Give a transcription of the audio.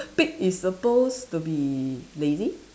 pig is supposed to be lazy